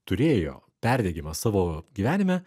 turėjo perdegimą savo gyvenime